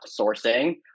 sourcing